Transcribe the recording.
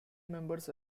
members